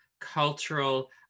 cultural